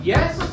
Yes